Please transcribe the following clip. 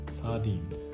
sardines